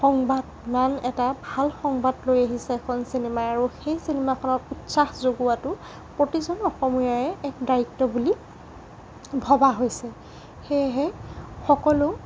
সংবাদ ইমান এটা ভাল সংবাদ লৈ আহিছে এখন চিনেমাই আৰু সেই চিনেমাখনক উৎসাহ যোগোৱাটো প্ৰতিজন অসমীয়াৰে এক দায়িত্ব বুলি ভবা হৈছে সেয়েহে সকলো